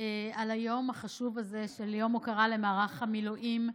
על היום החשוב הזה, יום הוקרה למערך המילואים,